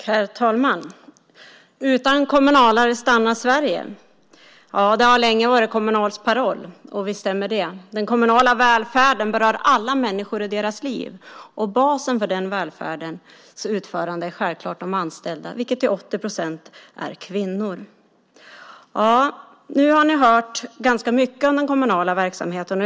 Herr talman! Utan kommunalare stannar Sverige. Det har länge varit Kommunals paroll, och visst stämmer det. Den kommunala välfärden berör alla människors liv, och basen för den välfärdens utförande är självklart de anställda, vilka till 80 procent är kvinnor. Ni har nu hört ganska mycket om den kommunala verksamheten.